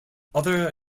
other